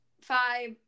five